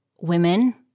women